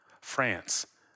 France